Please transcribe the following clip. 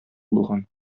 булган